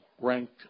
ranked